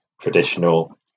traditional